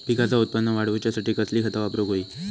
पिकाचा उत्पन वाढवूच्यासाठी कसली खता वापरूक होई?